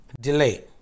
delay